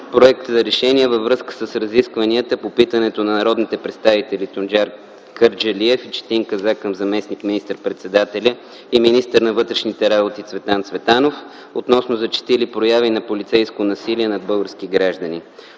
„Проект РЕШЕНИЕ във връзка с разискванията по питането на народните представители Тунчер Кърджалиев и Четин Казак към заместник министър-председателя и министър на вътрешните работи Цветан Цветанов относно зачестили прояви на полицейско насилие над български граждани